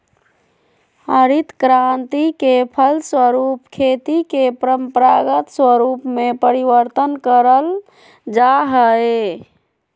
हरित क्रान्ति के फलस्वरूप खेती के परम्परागत स्वरूप में परिवर्तन करल जा हइ